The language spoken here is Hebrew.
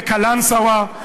בקלנסואה.